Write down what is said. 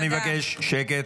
אני מבקש שקט.